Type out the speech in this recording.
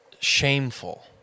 shameful